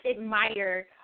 admire